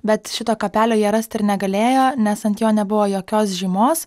bet šito kapelio jie rasti ir negalėjo nes ant jo nebuvo jokios žymos